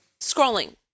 Scrolling